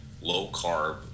low-carb